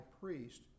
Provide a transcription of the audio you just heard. priest